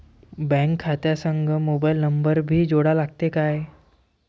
Bank खात्या संग mobile number भी जोडा लागते काय?